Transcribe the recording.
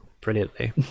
brilliantly